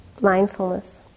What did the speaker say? Mindfulness